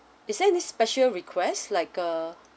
is there any special requests like err